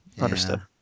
Understood